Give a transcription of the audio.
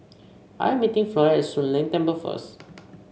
I am meeting Floy at Soon Leng Temple first